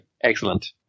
Excellent